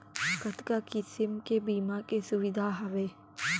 कतका किसिम के बीमा के सुविधा हावे?